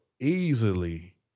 easily